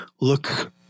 look